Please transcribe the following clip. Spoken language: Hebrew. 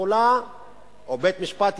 או בית-משפט ישראלי,